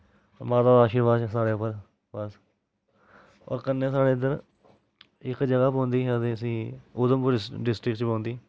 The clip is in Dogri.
माता दा आशीर्बाद ऐ सारें उप्पर बस होर कन्नै साढ़े इद्धर इक जगर पौंदी केह् आखदे उस्सी उधमपुर डिस्टिक च पौंदी